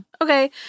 Okay